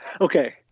Okay